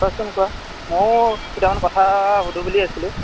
কোৱাচোন কোৱা মইয়ো কেইটামান কথা সুধো বুলি আছিলোঁ